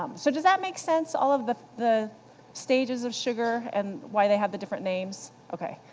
um so does that makes sense? all of the the stages of sugar, and why they have the different names? ok.